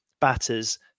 batters